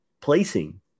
placing